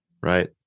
Right